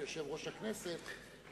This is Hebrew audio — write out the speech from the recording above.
כיושב-ראש הכנסת,